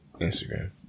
Instagram